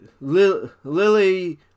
Lily